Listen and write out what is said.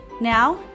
Now